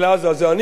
זה אני מוסיף,